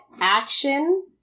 action